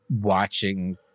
watching